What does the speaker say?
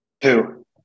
Two